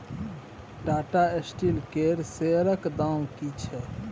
Tata steel केर शेयरक दाम की छै?